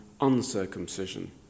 uncircumcision